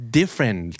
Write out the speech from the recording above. different